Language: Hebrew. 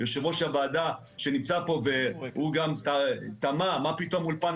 יושב ראש הוועדה שנמצא פה והוא גם תמה מה פתאום אלפון